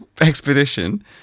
expedition